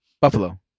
Buffalo